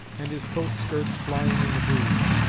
and his coat skirts flying in the breeze.